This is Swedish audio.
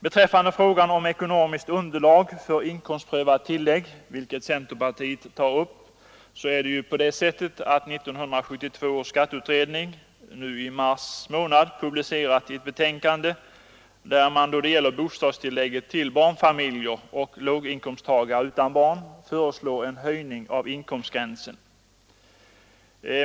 Beträffande frågan om ekonomiskt underlag för inkomstprövat tillägg, som centerpartiet tar upp, har 1972 års skatteutredning nu i mars månad publicerat ett betänkande där man då det gäller bostadstillägget till barnfamiljer och låginkomsttagare utan barn föreslår en höjning av inkomstgränsen.